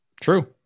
True